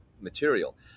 material